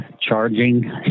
charging